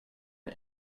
and